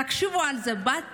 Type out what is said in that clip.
תקשיבו לזה, בת